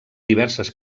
diverses